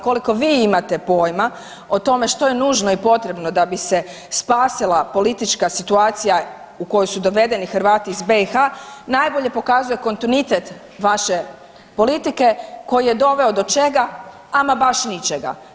Koliko vi imate pojima o tome što je nužno i potrebno da bi se spasila politička situacija u kojoj su dovedeni Hrvati iz BiH najbolje pokazuje kontinuitet vaše politike koji je doveo do čega, ama baš ničega.